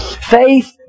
Faith